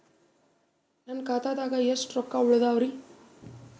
ನನ್ನ ಖಾತಾದಾಗ ಎಷ್ಟ ರೊಕ್ಕ ಉಳದಾವರಿ?